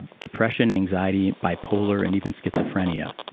depression anxiety, bipolar, and even schizophrenia.